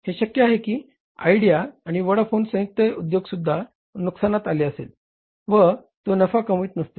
हे ही शक्य आहे की आयडिया आणि व्होडाफोनचा संयुक्त उद्योगसुद्धा नुकसानात असेल व ते नफा कमवत नसतील